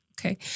Okay